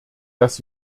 dass